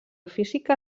física